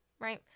right